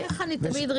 תודה רבה.